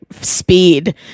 speed